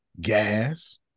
Gas